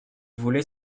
voulait